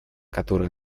которая